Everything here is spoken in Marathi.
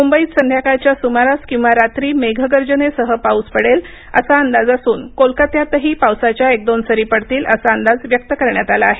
मुंबईत संध्याकाळच्या सुमारास किंवा रात्री मेघगर्जेनसह पाऊस पडेल असा अंदाज असून कोलकात्यातही पावसाच्या एक दोन सरी पडतील असा अंदाज व्यक्त करण्यात आला आहे